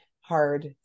hard